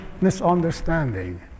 misunderstanding